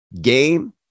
game